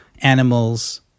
animals